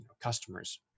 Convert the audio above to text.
customers